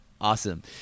awesome